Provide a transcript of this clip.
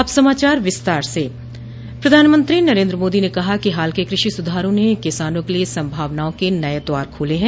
अब समाचार विस्तार से प्रधानमंत्री नरेन्द्र मोदी ने कहा कि हाल के कृषि सुधारों ने किसानों के लिए संभावनाओं के नए द्वार खोले हैं